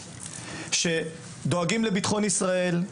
דואגים לביטחון ישראל.